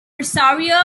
rosario